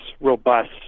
robust